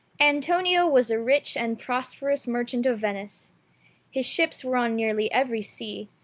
antonio was a rich and prosperous merchant of venice his ships were on nearly every sea,